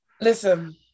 listen